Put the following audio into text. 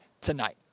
tonight